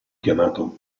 chiamato